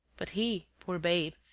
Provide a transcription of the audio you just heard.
but he, poor babe,